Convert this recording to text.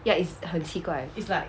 ya it's 很奇怪